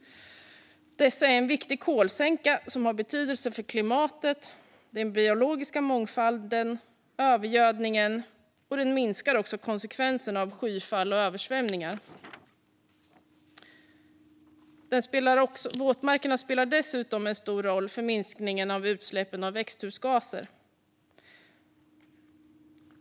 Dessa är en viktig kolsänka som har betydelse för klimatet, den biologiska mångfalden och övergödningen, och de minskar konsekvenserna av skyfall och översvämningar. Våtmarkerna spelar dessutom en stor roll för minskningen av utsläppen av växthusgaser.